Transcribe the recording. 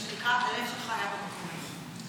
מה שנקרא, הלב שלך היה במקום הנכון.